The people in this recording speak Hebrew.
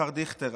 השר דיכטר,